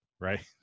right